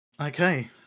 Okay